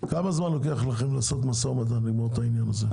כמה זמן לוקח לכם לעשות משא ומתן כדי לגמור את העניין הזה?